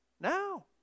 Now